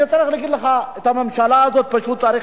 אני צריך להגיד לך שלממשלה הזאת פשוט צריך